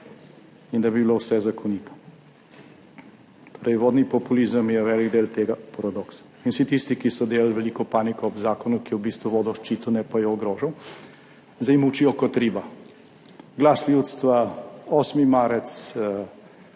in da bi bilo vse zakonito. Torej, vodni populizem je velik del tega paradoksa. In vsi tisti, ki so delali veliko paniko ob zakonu, ki je v bistvu vodo ščitil, ne pa je ogrožal, zdaj molčijo kot riba – Glas ljudstva, 8. marec,